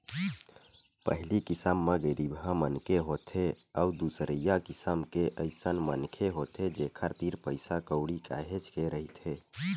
पहिली किसम म गरीबहा मनखे होथे अउ दूसरइया किसम के अइसन मनखे होथे जेखर तीर पइसा कउड़ी काहेच के रहिथे